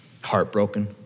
heartbroken